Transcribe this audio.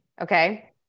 okay